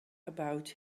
about